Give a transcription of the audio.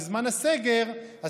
בזמן הסגר,